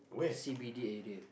C_B_D area